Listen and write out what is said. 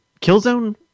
Killzone